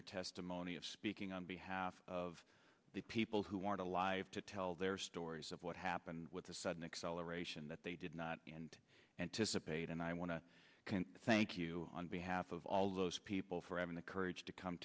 your testimony of speaking on behalf of the people who want to live to tell their stories of what happened with the sudden acceleration that they did not and anticipate and i want to thank you on behalf of all those people for having the courage to come